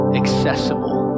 accessible